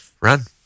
run